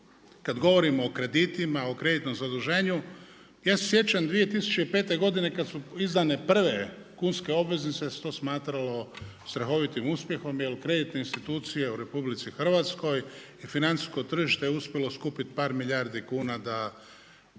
kad govorimo o kreditima, o kreditnom zaduženju, ja se sjećam 2005. godine kad su izdane prve kunske obveznice jer se to smatralo strahovitim uspjehom jer kreditne institucije u RH i financijsko tržište uspjelo skupiti par milijardi kuna da